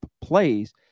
plays